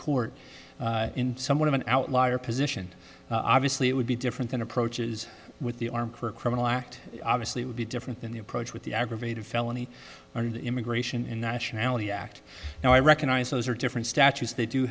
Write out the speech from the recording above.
court in somewhat of an outlier position obviously it would be different than approaches with the arm for a criminal act obviously would be different than the approach with the aggravated felony or the immigration and nationality act now i recognize those are different statutes they do